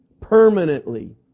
permanently